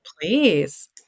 Please